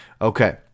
Okay